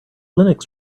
linux